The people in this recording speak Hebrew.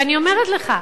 ואני אומרת לך,